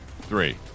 three